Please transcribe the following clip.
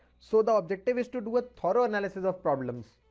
so, the objective is to do a thorough analysis of problems.